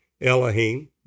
Elohim